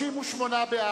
הצעת סיעת קדימה להביע